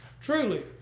truly